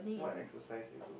what exercise you do